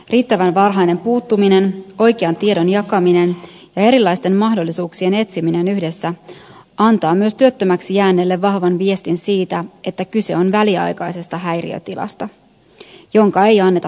riittävän varhainen puuttuminen oikean tiedon jakaminen ja erilaisten mahdollisuuksien etsiminen yhdessä antavat myös työttömäksi jääneelle vahvan viestin siitä että kyse on väliaikaisesta häiriötilasta jonka ei anneta pitkittyä